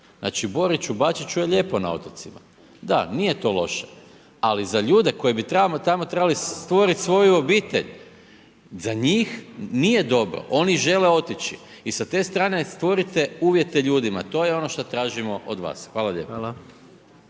Znači Boriću, Bačiću je lijepo na otocima. Da, nije to loše. Ali za ljudi koji bi tamo trebali stvoriti svoju obitelj, za njih nije dobro. Oni žele otići. Sa te strane stvorite uvjete ljudima. To je ono što tražimo od vas. Hvala lijepa.